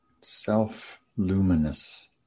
self-luminous